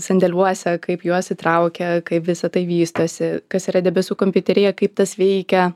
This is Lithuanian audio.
sandėliuose kaip juos įtraukia kaip visa tai vystosi kas yra debesų kompiuterija kaip tas veikia